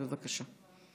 בבקשה.